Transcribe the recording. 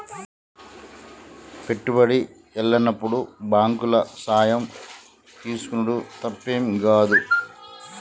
పెట్టుబడి ఎల్లనప్పుడు బాంకుల సాయం తీసుకునుడు తప్పేం గాదు